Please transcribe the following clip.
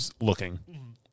looking